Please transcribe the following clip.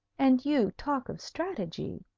and you talk of strategy!